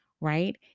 right